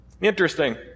Interesting